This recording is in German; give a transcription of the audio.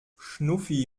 schnuffi